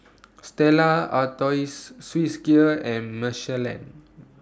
Stella Artois Swissgear and Michelin